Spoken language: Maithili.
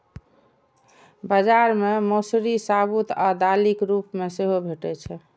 बाजार मे मौसरी साबूत आ दालिक रूप मे सेहो भैटे छै